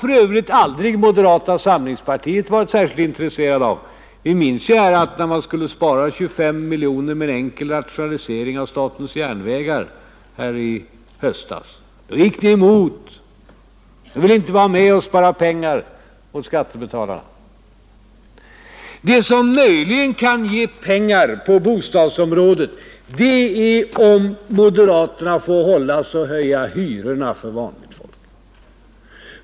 För övrigt har moderata samlingspartiet aldrig varit intresserat av detta. Vi minns att när man skulle spara 25 miljoner med en enkel rationalisering av statens järnvägar i höstas gick de emot. De ville inte vara med och spara pengar åt skattebetalarna. Det som möjligen kan ge pengar på bostadsområdet är om moderaterna får hållas och höja hyrorna för vanligt folk.